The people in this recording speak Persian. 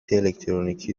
الکترونیکی